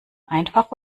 einfach